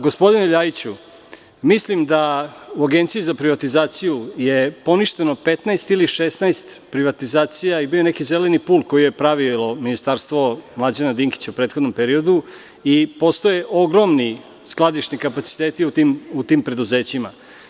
Gospodine Ljajiću, mislim da je u Agenciji za privatizaciju poništeno 15 ili 16 privatizacija i bio je neki zeleni pul koje je pravilo ministarstvo Mlađana Dinkića u prethodnom periodu i postoje ogromni skladišni kapaciteti u tim preduzećima.